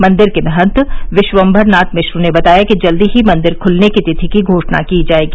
मंदिर के महंत विश्वम्भर नाथ मिश्न ने बताया कि जल्द ही मंदिर खुलने की तिथि की घोषणा की जाएगी